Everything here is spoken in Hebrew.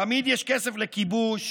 תמיד יש כסף לכיבוש,